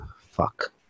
Fuck